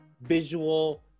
visual